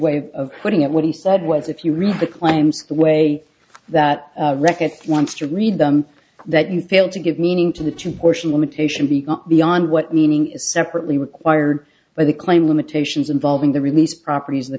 way of putting it what he said was if you read the claims the way that wreckage wants to read them that you fail to give meaning to the two portion limitation be not beyond what meaning is separately required by the claim limitations involving the release properties of the